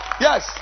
Yes